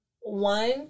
One